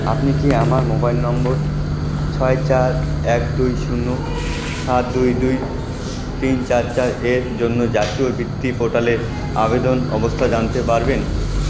আপনি কি আমার মোবাইল নম্বর ছয় চার এক দুই শূন্য সাত দুই দুই তিন চার চার এর জন্য জাতীয় বৃত্তি পোর্টালে আবেদন অবস্থা জানতে পারবেন